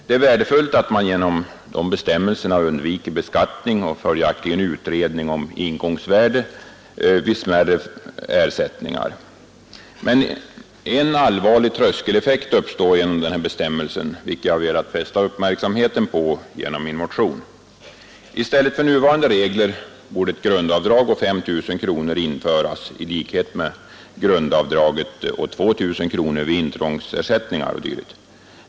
Det är värdefullt att man genom bestämmelsen undviker beskattning — och följaktligen utredning om ingångsvärde — vid smärre ersättningar. Men en allvarlig tröskeleffekt uppstår genom denna bestämmelse, vilket jag velat fästa uppmärksamheten på genom min motion. I stället för nuvarande regler borde ett grundavdrag på 5 000 kronor införas i likhet med grundavdraget på 2000 kronor vid intrångsersättningar o.d.